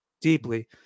deeply